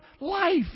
life